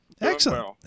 Excellent